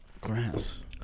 Grass